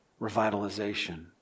revitalization